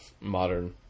modern